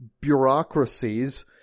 bureaucracies